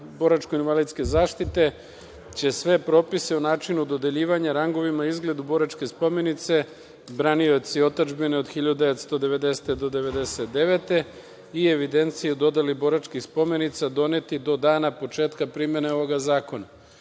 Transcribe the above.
boračko-invalidske zaštite će sve propise u načinu dodeljivanja, rangovima, izgledu Boračke spomenice branioci otadžbine od 1990. do 1999. godine i evidenciji o dodeli Boračkih spomenica doneti do dana početka primene ovog zakona. Imajući